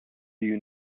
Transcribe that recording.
you